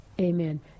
amen